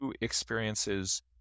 experiences